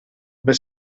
mes